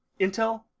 Intel